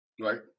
right